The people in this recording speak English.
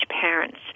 parents